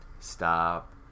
stop